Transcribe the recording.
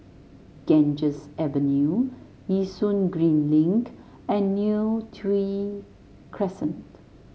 Ganges Avenue Yishun Green Link and Neo Tiew Crescent